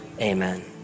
amen